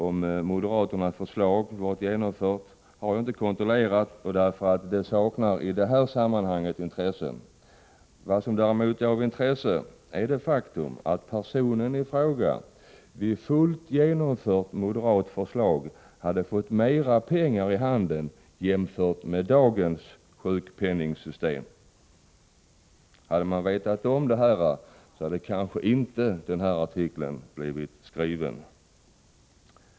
om moderaternas förslag genomfördes, har jag inte kontrollerat, för det saknar i detta sammanhang intresse. Vad som däremot är av intresse är det faktum att personen i fråga vid fullt genomförda moderata förslag hade fått mera pengar i handen än han får med dagens sjukpenningssystem. Hade man vetat om det, så hade kanske inte den här artikeln blivit skriven.